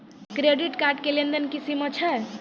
Credit card के लेन देन के की सीमा छै?